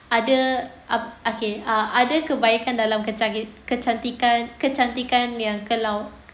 ada ap~ okay uh ada kebaikan dalam kecant~ kecantikan kecantikan yang terlaung